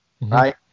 right